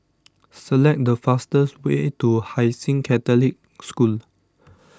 select the fastest way to Hai Sing Catholic School